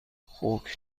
خوک